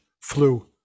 flu